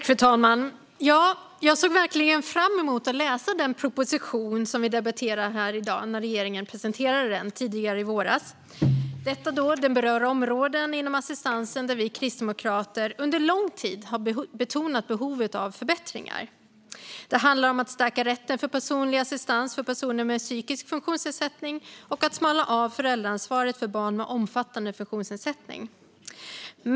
Fru talman! Jag såg verkligen fram emot att läsa den proposition som vi debatterar här i dag när regeringen presenterade den i våras, då den berör områden inom assistansen där vi kristdemokrater under lång tid har betonat behovet av förbättringar. Det handlar om att stärka rätten till personlig assistans för personer med psykisk funktionsnedsättning och om att smalna av föräldraansvaret för barn med omfattande funktionsnedsättning.